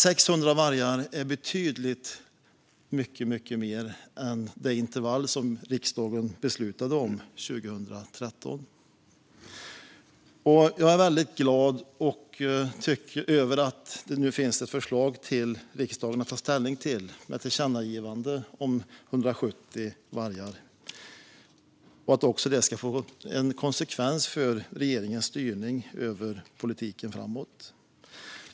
600 vargar är betydligt mycket mer än det intervall som riksdagen beslutade om 2013. Jag är väldigt glad över att det nu finns ett förslag för riksdagen att ta ställning till, om ett tillkännagivande om 170 vargar och att det ska få en konsekvens för regeringens styrning över politiken framåt.